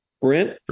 Brent